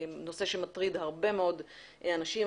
נושא שמטריד הרבה מאוד אנשים,